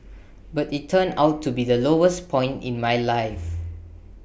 but IT turned out to be the lowest point in my life